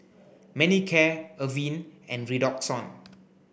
Manicare Avene and Redoxon